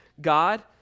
God